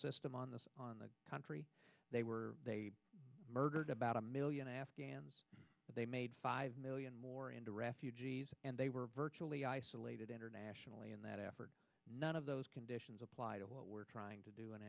system on this on the country they were they murdered about a million afghans they made five million more into refugees and they were virtually isolated internationally in that effort none of those conditions apply to what we're trying to do in